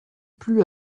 plus